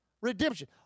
Redemption